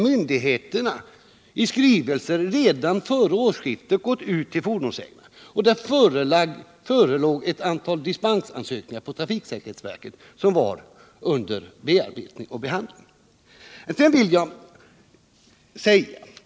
Myndigheterna hade redan före årsskiftet i skrivelser vänt sig till fordonsägarna, och det förelåg ett antal dispensansökningar från trafiksäkerhetsverket, som var under bearbetning.